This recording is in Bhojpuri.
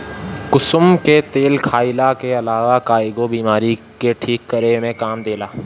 कुसुम के तेल खाईला के अलावा कईगो बीमारी के ठीक करे में काम देला